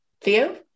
Theo